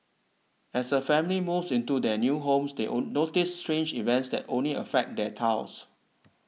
as a family moves into their new homes they notice strange events that only affect their tiles